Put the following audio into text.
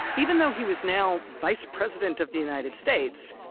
even though he was now vice president of the united states,